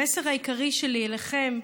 המסר העיקרי שלי אליכם,